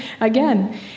again